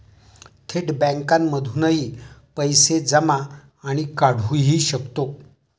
थेट बँकांमधूनही पैसे जमा आणि काढुहि शकतो